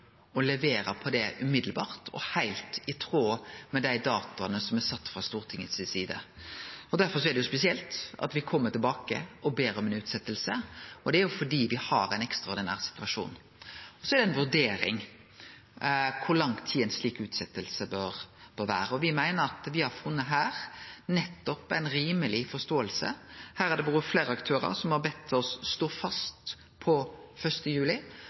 å levere på det umiddelbart og heilt i tråd med dei datoane som er sette frå Stortingets side. Derfor er det spesielt at me kjem tilbake og ber om ei utsetjing, og det er fordi me har ein ekstraordinær situasjon. Så er det ei vurdering, kor lang tid ei slik utsetjing bør vere, og me meiner at me har funne ei rimeleg forståing. Her har det vore fleire aktørar som har bedt oss om å stå fast på 1. juli,